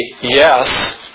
yes